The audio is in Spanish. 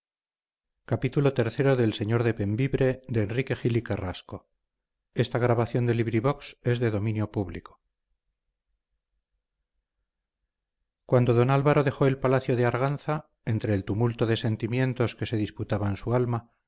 cuando don álvaro dejó el palacio de arganza entre el tumulto de sentimientos que se disputaban su alma